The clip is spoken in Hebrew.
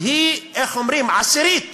היא עשירית